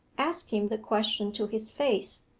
ask him the question to his face,